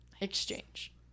Exchange